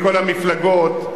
מכל המפלגות,